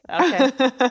Okay